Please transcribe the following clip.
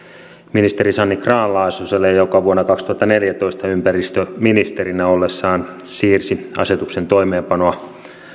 ministeri sanni grahn laasoselle joka vuonna kaksituhattaneljätoista ympäristöministerinä ollessaan siirsi asetuksen toimeenpanoa